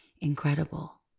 incredible